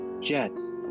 Jets